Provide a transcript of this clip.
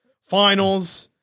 finals